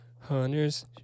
Hunter's